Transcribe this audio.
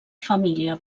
família